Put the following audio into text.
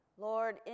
Lord